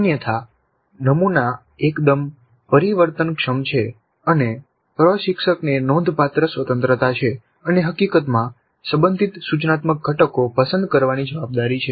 અન્યથા નમુના એકદમ પરિવર્તનક્ષમ છે અને પ્રશિક્ષકને નોંધપાત્ર સ્વતંત્રતા છે અને હકીકતમાં સંબંધિત સૂચનાત્મક ઘટકો પસંદ કરવાની જવાબદારી છે